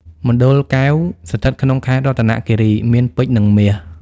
មណ្ឌលកែវ ស្ថិតក្នុងខេត្តរតនគីរី មានពេជ្រនិងមាស។